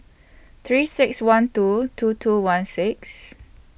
three six one two two two one six